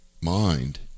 mind